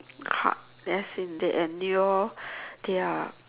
hard as in they endure ya